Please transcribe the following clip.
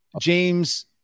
James